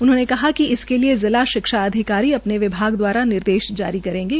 उन्होंने कहा कि इसके लिये जिला शिक्षा अधिकारी अ ने विभाग दवारा निर्देश जारी करेंगे